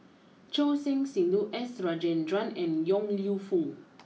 Choor Singh Sidhu S Rajendran and Yong Lew Foong